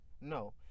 No